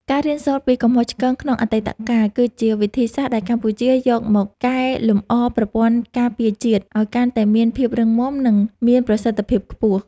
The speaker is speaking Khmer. ការរៀនសូត្រពីកំហុសឆ្គងក្នុងអតីតកាល គឺជាវិធីសាស្ត្រដែលកម្ពុជាយកមកកែលម្អប្រព័ន្ធការពារជាតិ ឱ្យកាន់តែមានភាពរឹងមាំ និងមានប្រសិទ្ធភាពខ្ពស់។